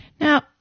Now